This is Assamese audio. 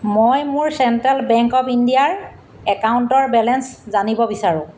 মই মোৰ চেণ্ট্ৰেল বেংক অৱ ইণ্ডিয়াৰ একাউণ্টৰ বেলেন্স জানিব বিচাৰোঁ